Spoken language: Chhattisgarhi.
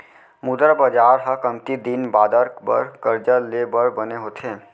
मुद्रा बजार ह कमती दिन बादर बर करजा ले बर बने होथे